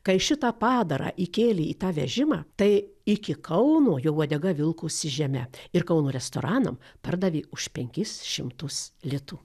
kai šitą padarą įkėlė į tą vežimą tai iki kauno jo uodega vilkosi žeme ir kauno restoranam pardavė už penkis šimtus litų